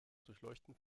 durchleuchten